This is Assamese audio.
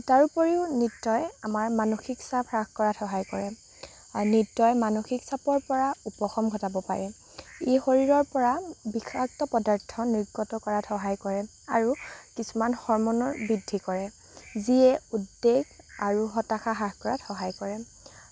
তাৰোপৰি নৃত্যই আমাৰ মানসিক চাপ হ্ৰাস কৰাত সহায় কৰে নৃত্যই মানসিক চাপৰ পৰা উপশম ঘটাব পাৰে ই শৰীৰৰ পৰা বিষাক্ত পদাৰ্থ নিৰ্গত কৰাত সহায় কৰে আৰু কিছুমান হৰম'নৰ বৃদ্ধি কৰে যিয়ে উদ্দেগ আৰু হতাশা হ্ৰাস কৰাত সহায় কৰে